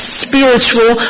spiritual